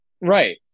Right